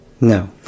No